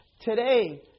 today